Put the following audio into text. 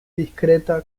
descrita